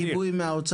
אתה מקבל גיבוי מהאוצר?